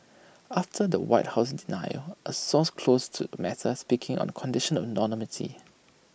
after the white house denial A source close to matter speaking on condition of anonymity